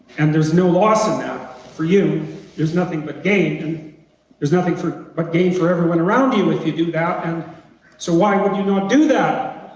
and there's no loss in that for you there's nothing but gain and there's nothing but gain for everyone around you if you do that and so why would you not do that!